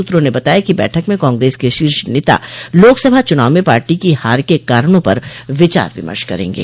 सूत्रों ने बताया कि बैठक में कांग्रेस के शीर्ष नेता लोकसभा चुनाव में पार्टी की हार के कारणों पर विचार विमर्श करेंगे